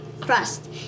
crust